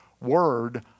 Word